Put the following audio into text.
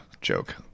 joke